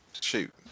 shoot